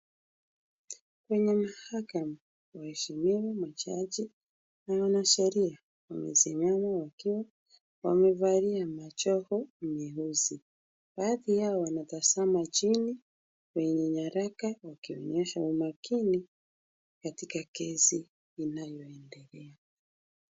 Kwenye mahakama waheshimiwa, majaji na wanasheria wamesimama wakiwa wamevalia majoho meusi. Baadhi yao wanatazama chini kwenye nyaraka wakionyesha umakini katika kesi inayoendelea.